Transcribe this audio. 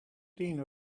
dyn